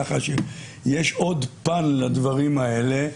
ככה שיש עוד פן לדברים האלה.